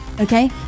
okay